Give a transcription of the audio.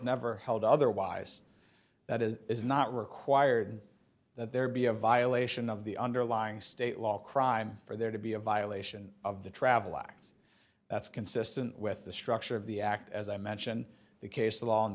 never held otherwise that is is not required that there be a violation of the underlying state law crime for there to be a violation of the travelex that's consistent with the structure of the act as i mentioned the case law